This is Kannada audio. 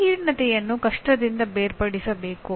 ಸಂಕೀರ್ಣತೆಯನ್ನು ಕಷ್ಟದಿಂದ ಬೇರ್ಪಡಿಸಬೇಕು